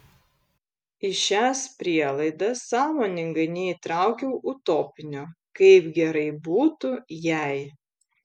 į šias prielaidas sąmoningai neįtraukiau utopinio kaip gerai būtų jei